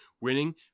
winning